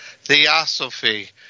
Theosophy